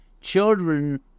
Children